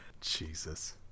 Jesus